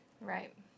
Right